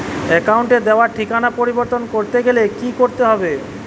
অ্যাকাউন্টে দেওয়া ঠিকানা পরিবর্তন করতে গেলে কি করতে হবে?